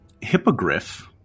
hippogriff